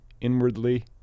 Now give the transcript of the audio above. Inwardly